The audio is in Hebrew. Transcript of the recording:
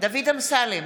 דוד אמסלם,